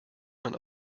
man